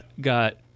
got